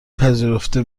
پذیرفته